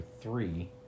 three